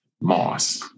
moss